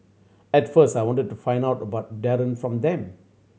at first I wanted to find out about Darren from them